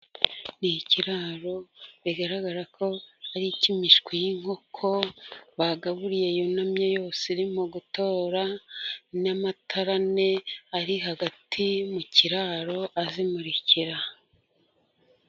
Ni ikiraro bigaragara ko ari icy'imishwi y'inkoko, bagaburiye yunamye yose irimo gutora, n'amatarane ari hagati mu kiraro azimurikira.